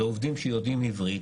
אלה עובדים שיודעים עברית,